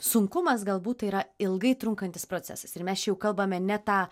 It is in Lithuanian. sunkumas galbūt tai yra ilgai trunkantis procesas ir mes čia jau kalbame ne tą